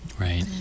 Right